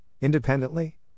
independently